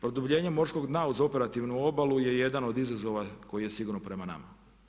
Produbljenjem morskog dna uz operativnu obalu je jedan od izazova koji je sigurno prema nama.